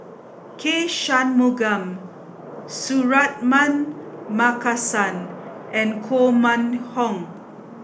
K Shanmugam Suratman Markasan and Koh Mun Hong